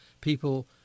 people